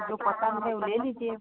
जो पसंद है वह ले लीजिए